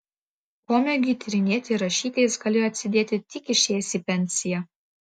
pomėgiui tyrinėti ir rašyti jis galėjo atsidėti tik išėjęs į pensiją